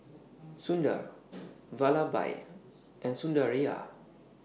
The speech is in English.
Sundar Vallabhbhai and Sundaraiah